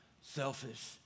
selfish